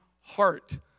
heart